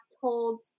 told